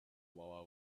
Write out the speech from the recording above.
while